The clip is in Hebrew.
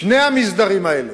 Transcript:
שני המסדרים האלה